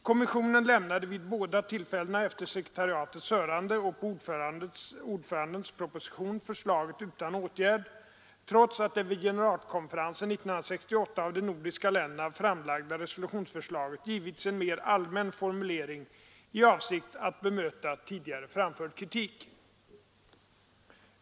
Kommissionen lämnade vid båda tillfällena efter sekretariatets hörande och på ordförandens proposition förslaget utan åtgärd, trots att det vid generalkonferensen 1968 av de nordiska länderna framlagda resolutionsförslaget givits en mera allmän formulering i avsikt att bemöta tidigare framförd kritik.